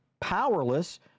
powerless